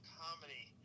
comedy